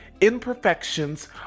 imperfections